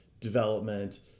development